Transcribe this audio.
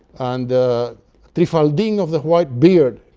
and trifaldin of the white beard,